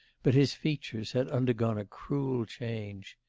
but his features had undergone a cruel change.